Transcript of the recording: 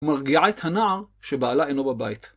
מרגיעה את הנער שבעלה אינו בבית.